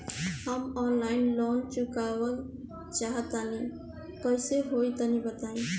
हम online loan चुकावल चाहऽ तनि कइसे होई तनि बताई?